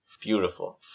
Beautiful